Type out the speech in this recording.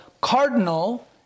cardinal